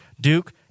Duke